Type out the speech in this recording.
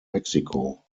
mexiko